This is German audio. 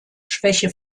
schwäche